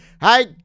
hi